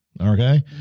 Okay